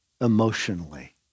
emotionally